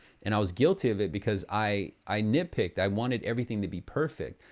and i was guilty of it because i i nit picked. i wanted everything to be perfect.